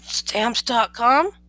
Stamps.com